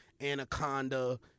Anaconda